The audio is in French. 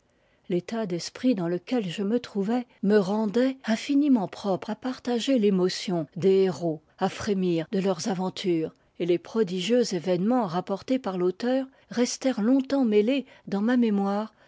l'état d'esprit dans lequel je me trouvais me rendait infiniment propre à partager l'émotion des héros à frémir de leurs aventures et les prodigieux événements rapportés par l'auteur restèrent longtemps mêlés dans ma mémoire